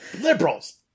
Liberals